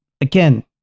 again